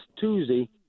Tuesday